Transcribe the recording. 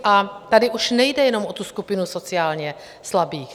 A tady už nejde jenom o tu skupinu sociálně slabých.